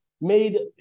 made